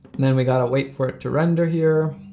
and then we gotta wait for it to render here.